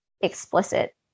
explicit